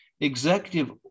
executive